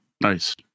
Nice